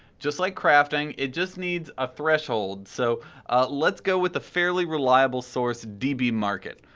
just like crafting, it just needs a threshold so let's go with the fairly reliable source dbmarket,